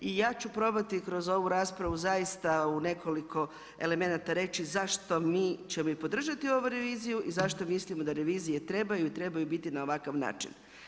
I ja ću probati kroz ovu raspravu zaista u nekoliko elemenata reći zašto ćemo mi podržati ovu reviziju i zašto mislimo da revizije trebaju i trebaju biti na ovakav način.